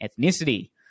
ethnicity